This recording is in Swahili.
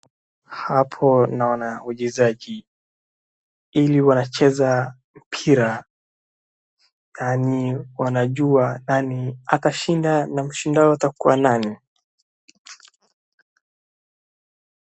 Hapa naona wachezaji, ili wanacheza mpira, yaani wanajua nani atashinda na mshindwa atakuwa ni nani.